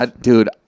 Dude